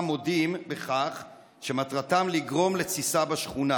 מודים בכך שמטרתם לגרום לתסיסה בשכונה,